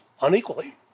unequally